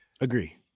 agree